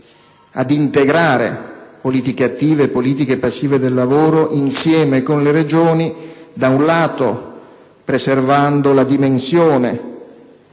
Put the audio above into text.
per integrare politiche attive e politiche passive del lavoro, insieme con le Regioni, da un lato, preservando la dimensione